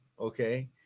okay